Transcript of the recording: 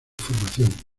formación